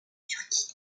turquie